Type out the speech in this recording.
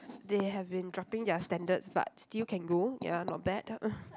they have been dropping their standards but still can go ya not bad